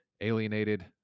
alienated